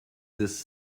this